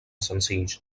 senzills